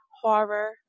horror